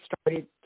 started